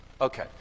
Okay